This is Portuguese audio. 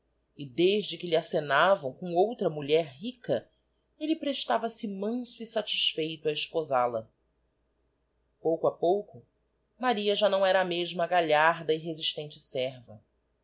e desde que lhe acenavam com outra mulher rica elle prestava sc manso e satisfeito a esposal a pouco a pouco maria já não era a mesma galharda e resistente serva